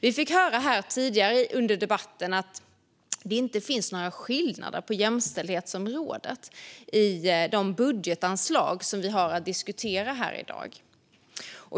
Vi fick höra här tidigare i debatten att det inte finns några skillnader på jämställdhetsområdet i de budgetanslag som vi har att diskutera här i dag.